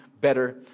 better